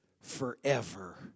forever